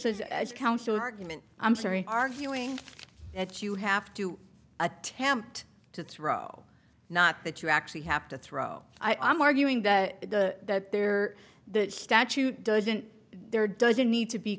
as counsel argument i'm sorry arguing that you have to attempt to throw not that you actually have to throw i am arguing that the there the statute doesn't there doesn't need to be